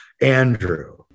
Andrew